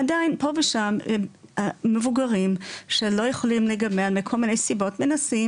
עדיין פה ושם המבוגרים שלא יכולים להיגמל מכל מיני סיבות מנסים